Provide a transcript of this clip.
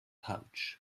pouch